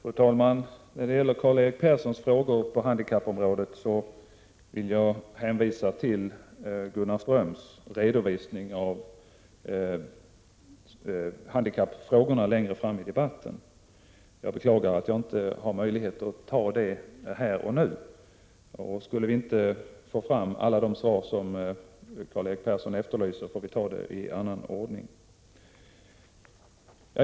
Fru talman! När det gäller vad Karl-Erik Persson sade om förhållandena på handikappområdet vill jag hänvisa till den redovisning rörande handikappfrågorna som Gunnar Ström kommer att ge senare under debatten. Jag beklagar att jag inte har möjlighet att ta upp saken här och nu. Skulle inte alla de besked som Karl-Erik Persson efterlyser framkomma, får vi ta upp saken i annan ordning.